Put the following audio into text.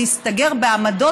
להסתגר בעמדות